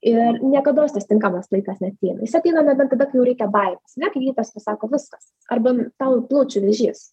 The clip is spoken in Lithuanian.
ir niekados tas tinkamas laikas neateina jis ateina nebent tada kai jau reikia baimės ane kai gydytojas pasako viskas arba tau plaučių vėžys